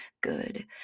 good